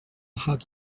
hug